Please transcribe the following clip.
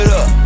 up